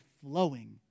flowing